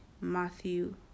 Matthew